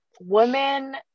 women